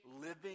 living